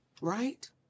right